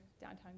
downtown